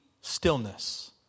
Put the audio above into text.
stillness